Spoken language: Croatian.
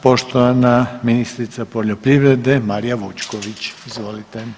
Poštovana ministrica poljoprivrede Marija Vučković, izvolite.